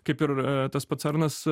kaip ir tas pats arnas